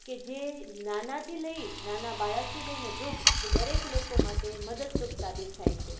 કે જે નાનાથી લઈ નાના બાળકથી લઈને વૃદ્ધ દરેક લોકો માટે મદદરૂપ સાબિત થાય છે